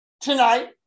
tonight